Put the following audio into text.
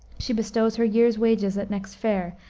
she bestows her year's wages at next fair,